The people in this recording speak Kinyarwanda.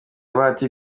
bahati